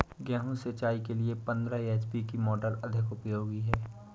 गेहूँ सिंचाई के लिए पंद्रह एच.पी की मोटर अधिक उपयोगी है?